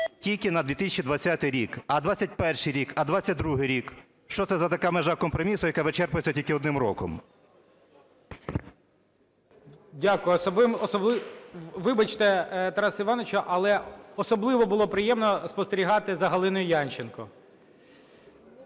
тільки на 2020 рік. А 21-й рік? А 22-й рік? Що це за така межа компромісу, яка вичерпується тільки одним роком? ГОЛОВУЮЧИЙ. Дякую. Вибачте, Тарасе Івановичу, але особливо було приємно спостерігати за Галиною Янченко.